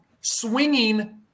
swinging